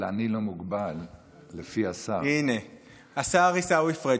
הינה השר עיסאווי פריג'.